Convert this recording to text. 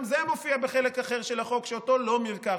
גם זה מופיע בחלק אחר של החוק, שאותו לא מרקרת.